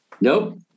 nope